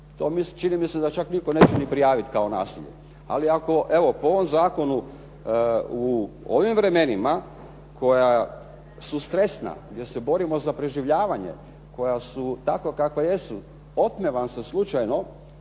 To čini mi se da čak niti nitko neće prijaviti kao nasilje. Ali ako evo po ovom zakonu u ovim vremenima koja su stresna, gdje se borimo za preživljavanje, koja su takva kakva jesu otme vam se slučajno